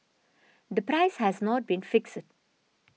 the price has not been fixed